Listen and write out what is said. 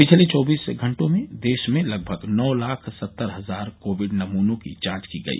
पिछले चौबीस घंटों में देश में लगभग नौ लाख सत्तर हजार कोविड नमूनों की जांच की गई